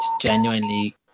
genuinely